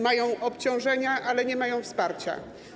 Mają obciążenia, ale nie mają wsparcia.